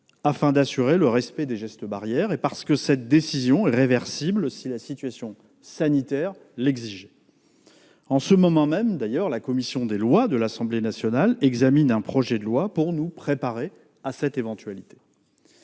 à assurer le respect des gestes barrières, mais aussi parce que cette décision est réversible au cas où la situation sanitaire l'exigerait. En ce moment même, d'ailleurs, la commission des lois de l'Assemblée nationale examine un projet de loi qui doit nous préparer à cette éventualité.